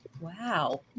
Wow